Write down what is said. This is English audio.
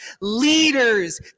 leaders